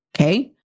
okay